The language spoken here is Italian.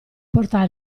portare